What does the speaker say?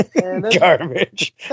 Garbage